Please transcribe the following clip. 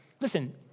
Listen